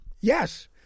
Yes